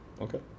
Okay